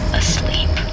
asleep